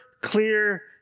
clear